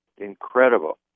Incredible